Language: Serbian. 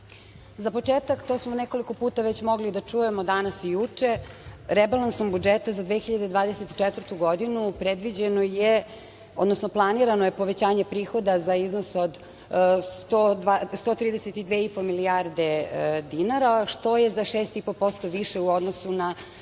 početak to smo u nekoliko puta mogli da čujemo danas i juče, rebalansom budžeta za 2024. godinu predviđeno je, odnosno planirano je povećanje prihoda za iznos od 132 i po milijarde dinara, što je za 6,5% više u odnosu na